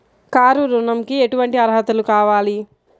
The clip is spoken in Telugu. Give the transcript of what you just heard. కారు ఋణంకి ఎటువంటి అర్హతలు కావాలి?